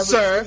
Sir